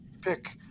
pick